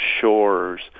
shores